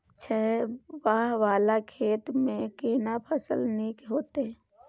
छै ॉंव वाला खेत में केना फसल नीक होयत?